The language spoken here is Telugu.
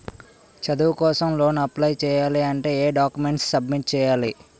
చదువు కోసం లోన్ అప్లయ్ చేయాలి అంటే ఎం డాక్యుమెంట్స్ సబ్మిట్ చేయాలి?